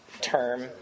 term